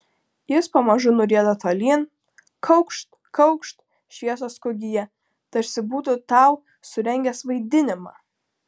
jis pamažu nurieda tolyn kaukšt kaukšt šviesos kūgyje tarsi būtų tau surengęs vaidinimą